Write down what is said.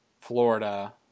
Florida